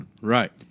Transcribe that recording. Right